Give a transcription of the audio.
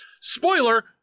spoiler